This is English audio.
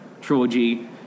trilogy